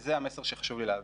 וזה המסר שחשוב לי להעביר.